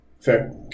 Fair